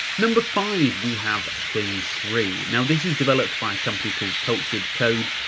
number five, we have things three. now this is developed by a company called cultured code.